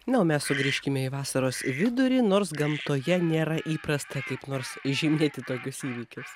na o mes sugrįžkime į vasaros vidurį nors gamtoje nėra įprasta kaip nors įžymėti tokius įvykius